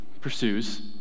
pursues